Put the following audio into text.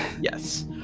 Yes